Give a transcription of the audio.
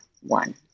one